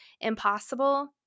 impossible